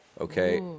Okay